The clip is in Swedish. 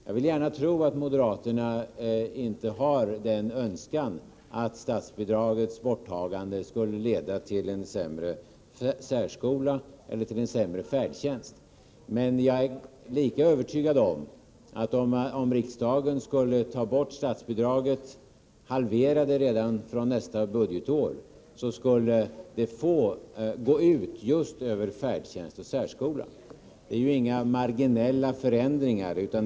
Jag vill gärna tro att moderaterna inte har önskat att statsbidragets borttagande skall leda till en sämre särskola eller till en sämre färdtjänst, men jag är lika övertygad om att om riksdagen skulle ta bort statsbidraget, och halvera det redan från nästa budgetår, då skulle detta gå ut just över färdtjänst och särskola. Det är ju inga marginella förändringar det är fråga om.